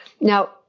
Now